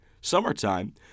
summertime